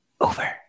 over